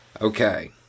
Okay